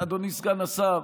אדוני סגן השר,